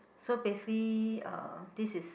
so basically uh this is